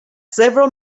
several